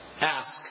Ask